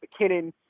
McKinnon